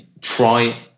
try